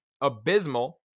abysmal